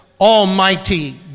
almighty